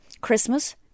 Christmas